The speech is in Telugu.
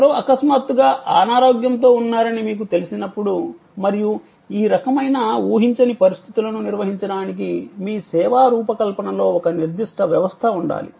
ఎవరో అకస్మాత్తుగా అనారోగ్యంతో ఉన్నారని మీకు తెలిసినప్పుడు మరియు ఈ రకమైన ఊహించని పరిస్థితులను నిర్వహించడానికి మీ సేవా రూపకల్పనలో ఒక నిర్దిష్ట వ్యవస్థ ఉండాలి